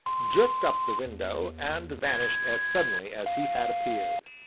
jerked up the window, and vanished as suddenly as he had appeared.